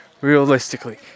realistically